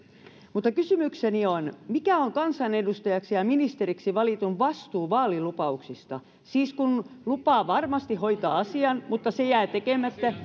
kysymykseni on mikä on kansanedustajaksi ja ministeriksi valitun vastuu vaalilupauksista siis kun lupaa varmasti hoitaa asian mutta se jää tekemättä